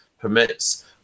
permits